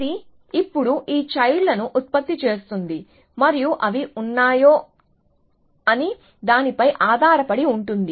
ఇది ఇప్పుడు ఈ చైల్డ్ లను ఉత్పత్తి చేస్తుంది మరియు అవి ఉన్నాయా అనే దానిపై ఆధారపడి ఉంటుంది